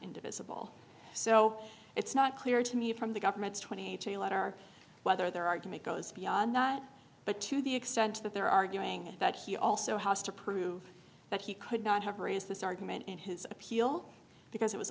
indivisible so it's not clear to me from the government's twenty eight dollars a lot are whether their argument goes beyond that but to the extent that they're arguing that he also has to prove that he could not have raised this argument in his appeal because it was